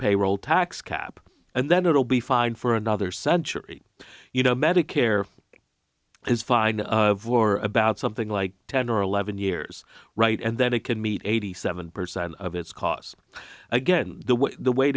payroll tax cap and then it'll be fine for another century you know medicare is fine of war about something like ten or eleven years right and then it can meet eighty seven percent of its cost again the